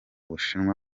bushinwa